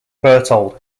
berthold